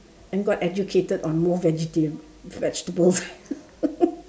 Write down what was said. and got educated on more vegetarian vegetables